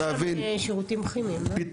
יש שם שירותים כימיים, נכון?